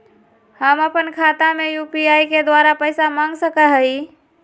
हम अपन खाता में यू.पी.आई के द्वारा पैसा मांग सकई हई?